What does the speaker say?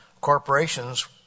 Corporations